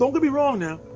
don't get me wrong now,